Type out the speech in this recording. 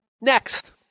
Next